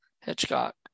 Hitchcock